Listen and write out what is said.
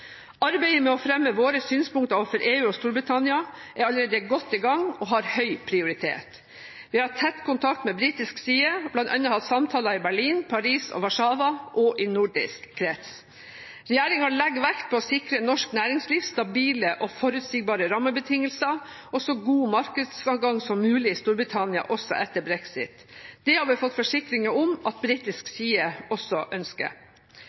er allerede godt i gang og har høy prioritet. Vi har hatt tett kontakt med britisk side og bl.a. hatt samtaler i Berlin, i Paris, i Warszawa og i nordisk krets. Regjeringen legger vekt på å sikre norsk næringsliv stabile og forutsigbare rammebetingelser og så god markedsadgang som mulig i Storbritannia også etter brexit. Det har vi fått forsikringer om at britisk side også ønsker.